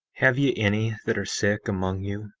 have ye any that are sick among you?